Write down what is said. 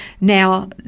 Now